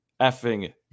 effing